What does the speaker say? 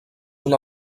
una